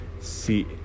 See